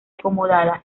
acomodada